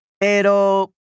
pero